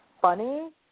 funny